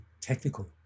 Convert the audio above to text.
technical